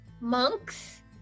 monks